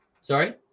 Sorry